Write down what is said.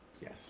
Yes